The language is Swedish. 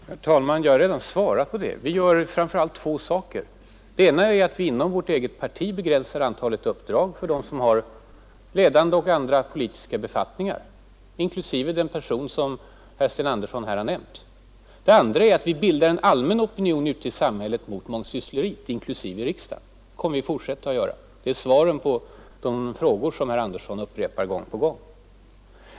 Herr talman! Jag har redan svarat på den frågan. Vi gör framför allt det politiska mångsyssleriet det politiska mångsyssleriet två saker. För det första begränsar vi inom vårt eget parti antalet uppdrag för dem som har ledande och andra politiska befattningar — inklusive den person som herr Sten Andersson har nämnt. För det andra bildar vi en allmän opinion ute i samhället mot mångsyssleri — inklusive riksdagen — och det kommer vi att fortsätta göra. Det är svaren på de frågor som herr Andersson upprepar gång på gång.